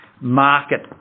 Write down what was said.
market